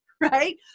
right